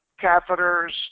catheters